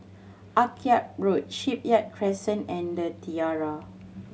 Akyab Road Shipyard Crescent and The Tiara